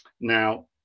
Now